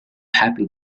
happy